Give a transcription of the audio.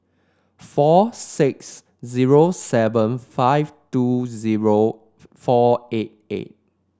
four six zero seven five two zero four eight eight